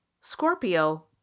Scorpio